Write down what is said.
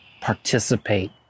participate